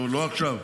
לא עכשיו,